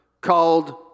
called